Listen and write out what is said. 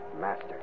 Master